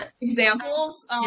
Examples